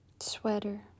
sweater